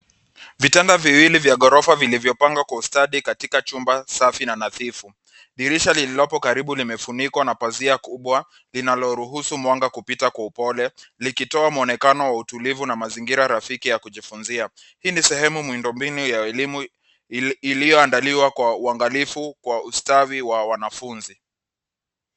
Vitanda viwili vya ghorofa vilivyopangwa kwa ustadi katika chumba safi na nadhifu. Dirisha liliko karibu limefunikwa na pazia kubwa linaloruhusu mwanga kupita kwa upole likitoa mwonekano wa tulivu na mazingira rafiki ya kujifunzia. Hii ni sehemu miundo mbinu ya elimu iliyoandaliwa kwa uangalifu kwa ustawi wawanafunzi.